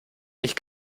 nicht